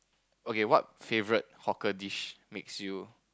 okay what favourite hawker dish makes you